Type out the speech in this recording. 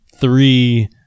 three